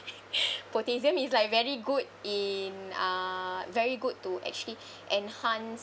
potassium is like very good in uh very good to actually enhance